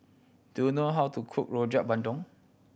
do you know how to cook Rojak Bandung